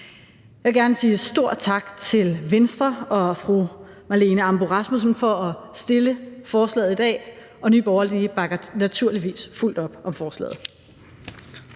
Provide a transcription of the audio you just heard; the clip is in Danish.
Jeg vil gerne sige en stor tak til Venstre og fru Marlene Ambo-Rasmussen for at fremsætte forslaget i dag. Nye Borgerlige bakker naturligvis fuldt op om forslaget.